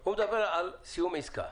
הוא מדבר על סיום עסקה.